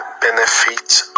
benefit